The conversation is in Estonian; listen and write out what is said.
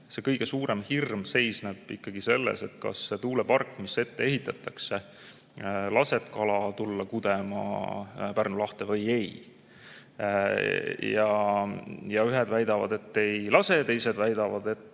Liivi lahes, seisneb ikkagi selles, kas see tuulepark, mis vette ehitatakse, laseb kalal tulla kudema Pärnu lahte või ei. Ühed väidavad, et ei lase, teised väidavad, et